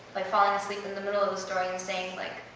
like, falling asleep in the middle of the story and saying, like,